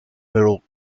middle